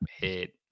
hit